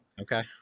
Okay